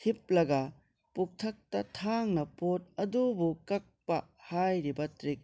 ꯍꯤꯞꯂꯒ ꯄꯨꯛꯊꯛꯇ ꯊꯥꯡꯅ ꯄꯣꯠ ꯑꯗꯨꯕꯨ ꯀꯛꯄ ꯍꯥꯏꯔꯤꯕ ꯇ꯭ꯔꯤꯛ